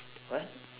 what